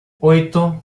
oito